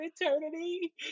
eternity